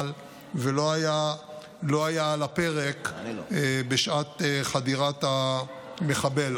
ולא היה על הפרק בשעת חדירת המחבל,